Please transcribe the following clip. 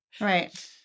Right